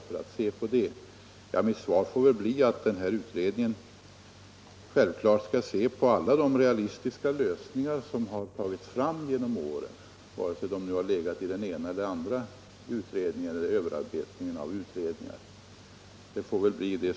Det svar jag kan ge på den frågan får bli att denna utredning självfallet skall se på alla de realistiska lösningar som har tagits fram genom åren, vare sig de nu har legat i den ena eller andra utredningen eller överarbetningen av utredningar.